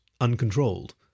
uncontrolled